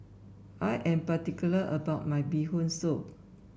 I am particular about my Bee Hoon Soup